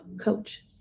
coach